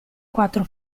quattro